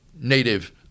native